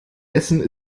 essen